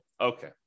Okay